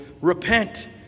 repent